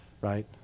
right